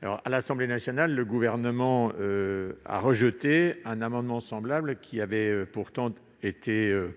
À l'Assemblée nationale, le Gouvernement a rejeté un amendement similaire, qui était